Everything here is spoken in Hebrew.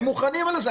הם מוכנים לזה.